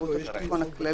שירות הביטחון הכללי,